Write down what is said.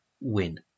win